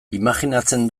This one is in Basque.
imajinatzen